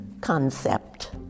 concept